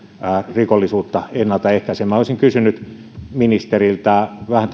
rikollisuutta ennalta ehkäisemään olisin kysynyt ministeriltä vähän